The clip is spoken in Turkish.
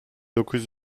dokuz